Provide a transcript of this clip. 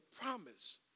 promise